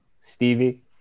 Stevie